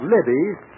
Libby's